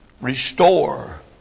Restore